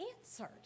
answered